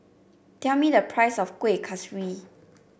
tell me the price of Kuih Kaswi